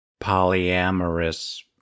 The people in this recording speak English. polyamorous